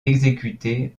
exécutées